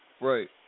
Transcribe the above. Right